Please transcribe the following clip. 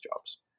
jobs